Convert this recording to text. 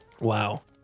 Wow